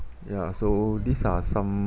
ya so these are some